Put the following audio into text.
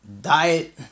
Diet